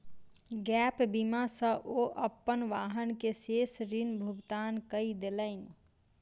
gap बीमा सॅ ओ अपन वाहन के शेष ऋण भुगतान कय देलैन